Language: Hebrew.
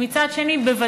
ומאידך גיסא,